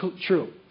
true